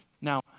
Now